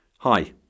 Hi